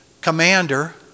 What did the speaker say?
commander